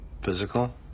Physical